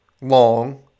long